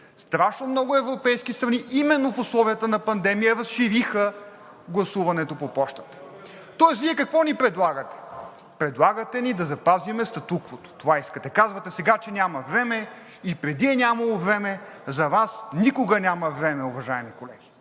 Страшно много европейски страни именно в условията на пандемия разшириха гласуването по пощата. Тоест Вие какво ни предлагате? Предлагате ни да запазим статуквото, това искате. Казвате сега, че няма време. И преди е нямало време. За Вас никога няма време, уважаеми колеги.